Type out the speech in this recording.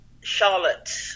Charlotte